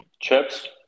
Chips